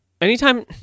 anytime